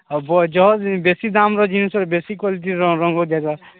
ବେଶୀ ଦାମ୍ର ଜିନିଷର ବେଶୀ କ୍ଵାଲିଟିର ରଙ୍ଗ ଦେବ